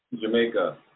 Jamaica